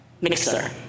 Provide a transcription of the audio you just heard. mixer